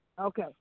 Okay